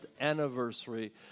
anniversary